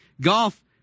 Golf